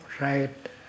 right